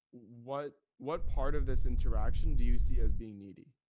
what, what part of this interaction do you see as being needy?